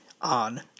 on